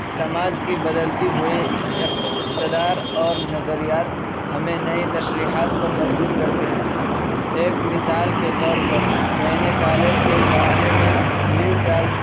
سماج کی بدلتی ہوئی اقتدار اور نظریات ہمیں نئے تشریحات پر مجبور کرتے ہیں ایک مثال کے طور پر میں نے کالج کے زمانے میں لیو ٹال